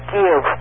give